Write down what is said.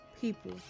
people